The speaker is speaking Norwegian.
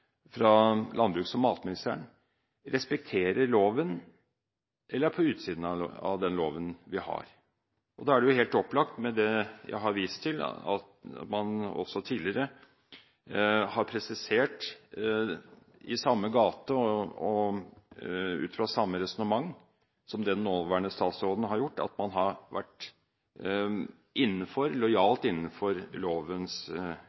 fra landbruks- og matministeren respekterer loven eller er på utsiden av den loven vi har. Da er det helt opplagt, med det jeg har vist til, at man også tidligere har presisert i samme gate og ut fra samme resonnement som det den nåværende statsråden har gjort, at man har vært lojalt innenfor den nåværende lovens